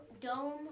dome